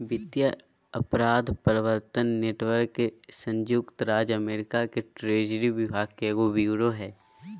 वित्तीय अपराध प्रवर्तन नेटवर्क संयुक्त राज्य अमेरिका के ट्रेजरी विभाग के एगो ब्यूरो हइ